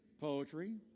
poetry